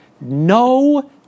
no